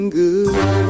good